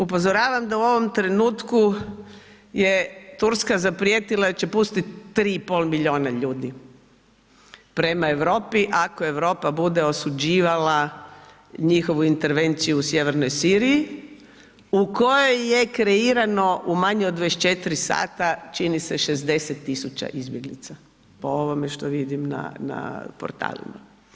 Upozoravam da u ovom trenutku je Turska zaprijetila da će pustiti 3,5 milijuna ljudi prema Europi ako Europa bude osuđivala njihovu intervenciju u sjevernoj Siriji u kojoj je kreirano u manje od 24h čini se 60 tisuća izbjeglica, po ovome što vidim na portalima.